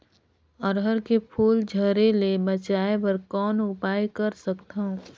अरहर के फूल झरे ले बचाय बर कौन उपाय कर सकथव?